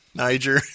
Niger